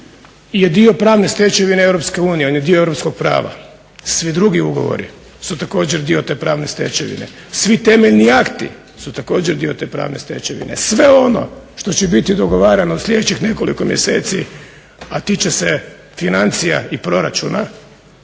je dio pravne stečevine Europske unije, on je dio europskog prava. Svi drugi ugovori su također dio te pravne stečevine. Svi temeljni akti su također dio te pravne stečevine. Sve ono što će biti dogovarano sljedećih nekoliko mjeseci, a tiče se financija i proračuna